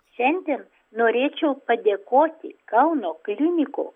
šiandien norėčiau padėkoti kauno klinikų